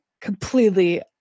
completely